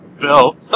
Bill